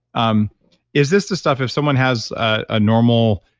um is this the stuff if someone has a normal,